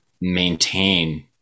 maintain